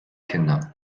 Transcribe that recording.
kinder